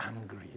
angry